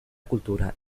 cultura